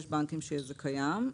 יש בנקים שזה קיים בהם.